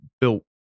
built